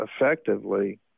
effectively